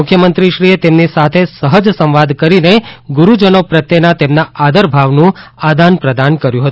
મુખ્યમંત્રીશ્રીએ તેમની સાથે સહજ સંવાદ કરીને ગુરૂજનો પ્રત્યેના તેમના આદરભાવનું આદાન પ્રદાન કર્યુ હતું